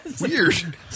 Weird